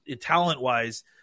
talent-wise